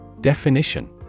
Definition